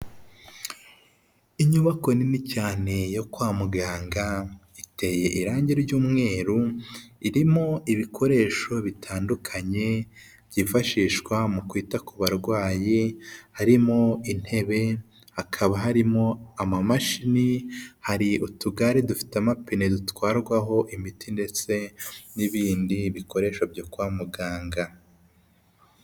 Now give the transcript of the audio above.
Inyubako nini cyane yo kwa muganga iteye irangi ry'umweru, irimo ibikoresho bitandukanye byifashishwa mu kwita ku barwayi harimo intebe, hakaba harimo ama mashini, hari utugare dufite amapine dutwarwaho imiti ndetse n'ibindi bikoresho byo kwa muganga.